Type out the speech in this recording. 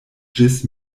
ĝis